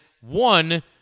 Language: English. one